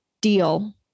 deal